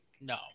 No